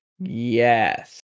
Yes